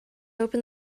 open